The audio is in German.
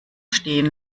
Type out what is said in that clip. stehen